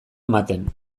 ematen